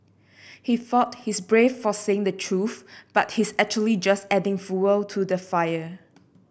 he thought he's brave for saying the truth but he's actually just adding fuel to the fire